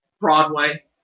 Broadway